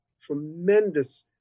tremendous